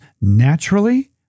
naturally